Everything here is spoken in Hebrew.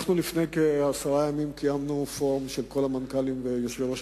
לפני כעשרה ימים קיימנו פורום של כל המנכ"לים ויושבי-ראש